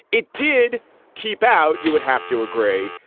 it did keep out. you would have to agree.